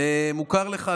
זה מוכר לך,